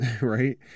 right